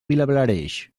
vilablareix